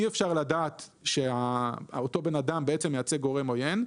אי אפשר לדעת שאותו אדם מייצג גורם עוין.